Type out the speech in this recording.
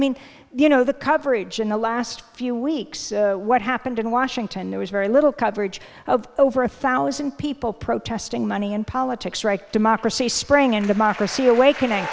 mean you know the coverage in the last few weeks what happened in washington there is very little coverage of over a thousand people protesting money in politics right democracy spring and democracy awakening